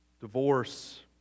divorce